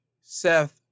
Seth